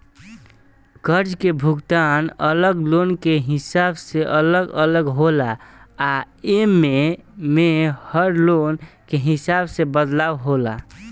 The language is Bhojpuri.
कर्जा के भुगतान अलग लोन के हिसाब से अलग अलग होला आ एमे में हर लोन के हिसाब से बदलाव होला